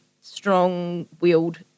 strong-willed